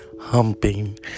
humping